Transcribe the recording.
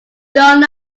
know